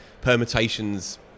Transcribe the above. permutations